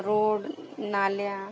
road नाल्या